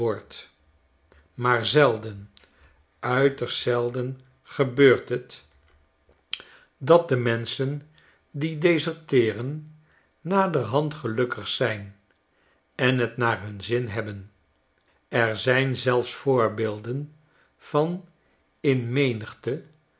maar zelden uiterst zelden gebeurt het dat de menschen die deserteeren naderhand gelukkig zijn en t naar hun zin hebben er zijn zelfs voorbeelden van in menigte